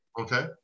okay